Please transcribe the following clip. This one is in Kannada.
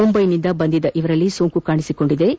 ಮುಂಬೈಯಿಂದ ಬಂದಿದ್ದ ಇವರಲ್ಲಿ ಸೋಂಕು ಕಾಣಿಸಿಕೊಂಡಿದ್ದು